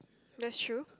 that's true